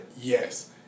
yes